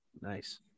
Nice